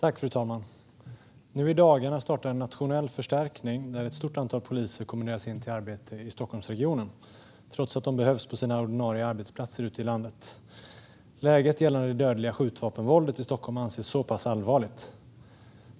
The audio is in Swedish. Fru talman! I dagarna startar en nationell förstärkning när ett stort antal poliser kommenderas in till arbete i Stockholmsregionen, trots att de behövs på sina ordinarie arbetsplatser ute i landet. Läget gällande det dödliga skjutvapenvåldet anses så pass allvarligt.